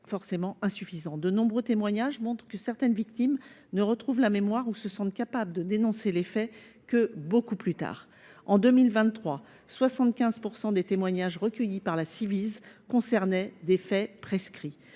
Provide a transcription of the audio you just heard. forcément insuffisant. De nombreux témoignages montrent que certaines victimes ne retrouvent la mémoire ou ne se sentent capables de dénoncer les faits que beaucoup plus tard. En 2023, 75 % des témoignages recueillis par la Ciivise concernaient des faits prescrits.